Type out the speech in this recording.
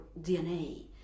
DNA